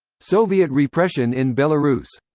soviet repression in belarus